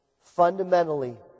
fundamentally